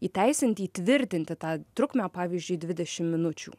įteisinti įtvirtinti tą trukmę pavyzdžiui dvidešim minučių